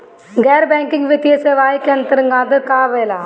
गैर बैंकिंग वित्तीय सेवाए के अन्तरगत का का आवेला?